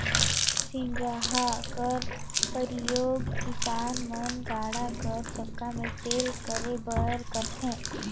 सिगहा कर परियोग किसान मन गाड़ा कर चक्का मे तेल करे बर करथे